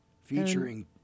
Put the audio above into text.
featuring